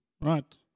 Right